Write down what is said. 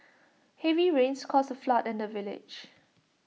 heavy rains caused A flood in the village